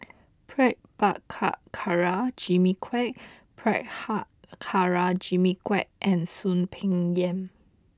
Prabhakara Jimmy Quek Prabhakara Jimmy Quek and Soon Peng Yam